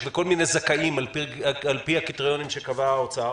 וכל מיני זכאים על פי הקריטריונים שקבע האוצר,